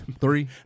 Three